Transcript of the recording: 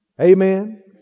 Amen